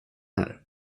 här